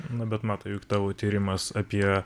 na bet matai juk tavo tyrimas apie